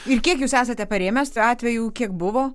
ir kiek jūs esate parėmęs atvejų kiek buvo